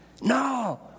No